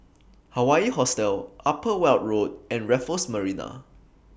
Hawaii Hostel Upper Weld Road and Raffles Marina